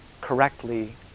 correctly